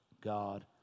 God